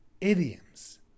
idioms